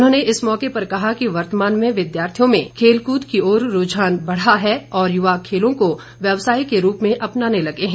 उन्होंने इस मौके पर कहा कि वर्तमान में विद्यार्थियों में खेलकूद की ओर रूझान बढ़ा है और युवा खेलों को व्यवसाय के रूप में अपनाने लगे हैं